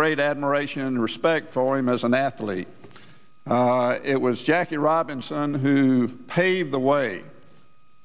great admiration and respect for him as an athlete it was jackie robinson who paved the way